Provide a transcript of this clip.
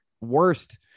Worst